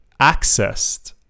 accessed